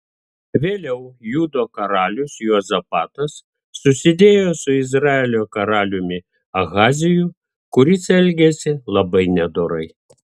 vėliau judo karalius juozapatas susidėjo su izraelio karaliumi ahaziju kuris elgėsi labai nedorai